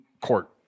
Court